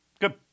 Good